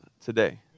today